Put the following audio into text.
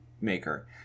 maker